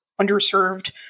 underserved